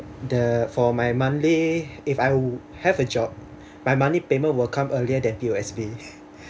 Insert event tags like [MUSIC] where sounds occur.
the for my monthly if I have a job my monthly payment will come earlier than P_O_S_B [LAUGHS]